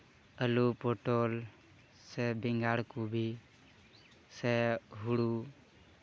ᱟᱹᱞᱩ ᱯᱚᱴᱚᱞ ᱥᱮ ᱵᱮᱸᱜᱟᱲ ᱠᱚᱜᱮ ᱥᱮ ᱦᱳᱲᱳ